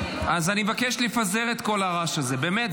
אני מבקש לפזר את כל הרעש הזה, באמת.